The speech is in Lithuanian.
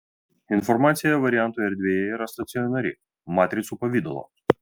informacija variantų erdvėje yra stacionari matricų pavidalo